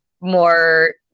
more